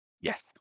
Yes